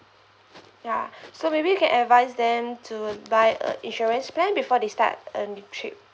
ya so maybe you can advise them to buy a insurance plan before they start a new trip